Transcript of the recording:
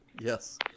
Yes